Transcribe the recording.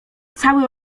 cały